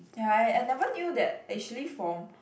ya I I never knew that actually form